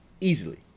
easily